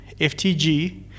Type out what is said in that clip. ftg